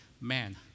man